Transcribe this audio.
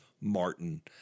Martin